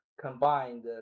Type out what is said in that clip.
combined